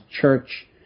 church